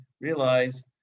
realize